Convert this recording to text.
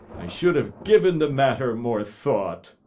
i should have given the matter more thought.